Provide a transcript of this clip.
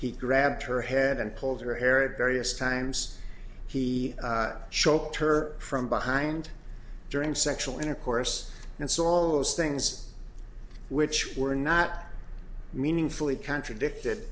he grabbed her head and pulled her hair various times he choked her from behind during sexual intercourse and saw all those things which were not meaningfully contradicted